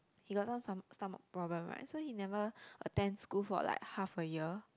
he got some stom~ stomach problem right so he never attend school for like half a year